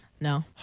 No